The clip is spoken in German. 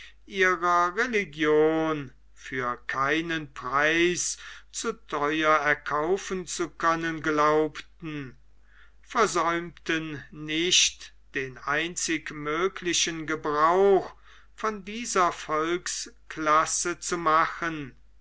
ihrer religion für keinen preis zu theuer erkaufen zu können glaubten versäumten nicht den einzig möglichen gebrauch von dieser volksklasse zu machen